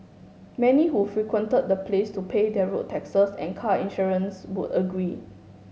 many who frequented the place to pay their road taxes and car insurance would agree